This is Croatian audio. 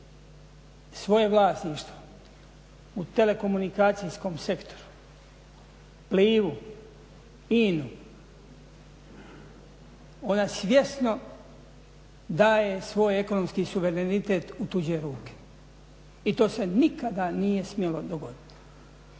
svoje vlasništvo u telekomunikacijskom sektoru, PLIVA-u, INA-u, ona svjesno daje svoj ekonomski suverenitet u tuđe ruke i to se nikada nije smjelo dogoditi.